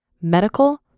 medical